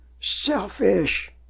Selfish